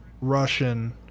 Russian